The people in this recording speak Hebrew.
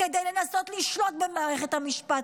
כדי לנסות לשלוט במערכת המשפט,